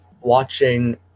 watching